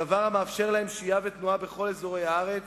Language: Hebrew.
דבר המאפשר להם שהייה ותנועה בכל אזורי הארץ,